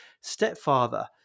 stepfather